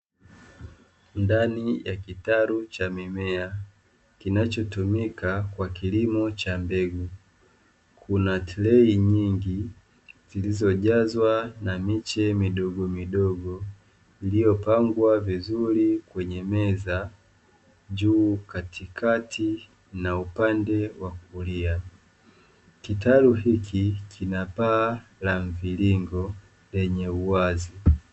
Ndani ya kitalu cha mimea kinachotumika kwa kilimo cha mbegu, kuna trei nyingi zilijazwa na niche midogomidogo iliyopangwa vizuri kwenye meza, juu, katikati, na upande wa kulia. Kitalu hiki kina paa la mviringo lenye uwazi.